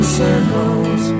circles